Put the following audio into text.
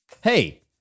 Hey